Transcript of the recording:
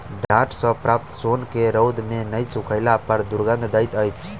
डांट सॅ प्राप्त सोन के रौद मे नै सुखयला पर दुरगंध दैत अछि